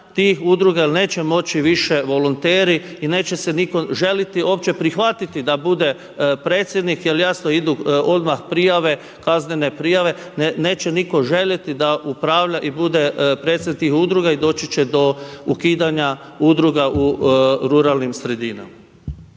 tih udruga jel neće moći više volonteri i neće se nitko želiti uopće prihvatiti da bude predsjednik jel jasno idu odmah prijave kaznene prijave, neće niko želiti da upravlja i da bude predsjednik tih udruga i doći će do ukidanja udruga u ruralnim sredinama.